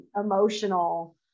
emotional